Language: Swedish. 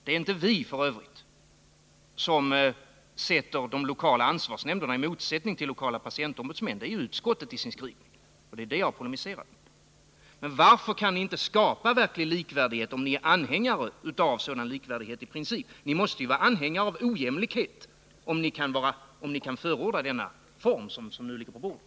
Det är f. ö. inte vi som sätter de lokala ansvarsnämnderna i motsättning mot lokala patientombudsmän. Det är utskottet som gör det i sin skrivning, och det är det jag polemiserar mot. Men varför kan ni inte skapa verklig likvärdighet om ni är anhängare av sådan likvärdighet i princip? Ni måste ju vara anhängare av ojämlikhet om ni kan förorda det förslag som nu ligger på bordet.